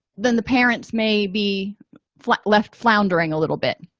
then the parents may be flat left floundering a little bit